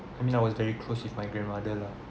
I mean I was very close with my grandmother lah